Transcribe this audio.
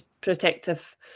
protective